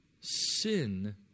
Sin